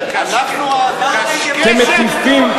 קשקשת,